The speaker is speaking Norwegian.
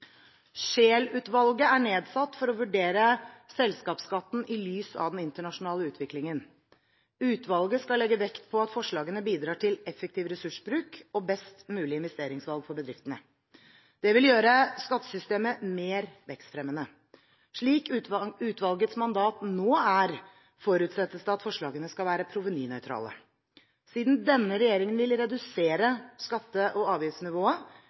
er nedsatt for å vurdere selskapsskatten i lys av den internasjonale utviklingen. Utvalget skal legge vekt på at forslagene bidrar til effektiv ressursbruk og best mulige investeringsvalg for bedriftene. Det vil gjøre skattesystemet mer vekstfremmende. Slik utvalgets mandat nå er, forutsettes det at forslagene skal være provenynøytrale. Siden denne regjeringen vil redusere skatte- og avgiftsnivået,